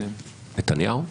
נתניהו?